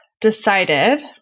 decided